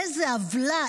איזו עוולה,